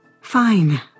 Fine